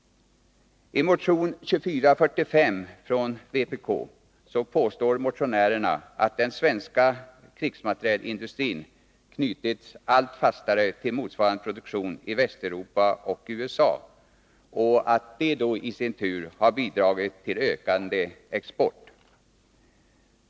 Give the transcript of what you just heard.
I motion 2445 från vpk påstår motionärerna att den svenska krigsmaterielindustrin har knutits allt fastare till motsvarande produktion i Västeuropa och USA och att detta i sin tur har bidragit till en ökande export.